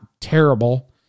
terrible